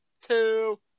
two